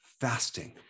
fasting